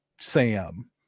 sam